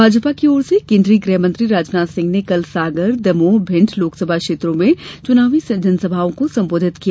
भाजपा की ओर से केन्द्रीय गृहमंत्री राजनाथ सिंह ने कल सागर दमोह भिण्ड लोकसभा क्षेत्रों में चुनावी जनसभाओं को संबोधित किया